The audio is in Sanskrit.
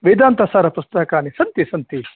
वेदान्तसारपुस्तकानि सन्ति सन्ति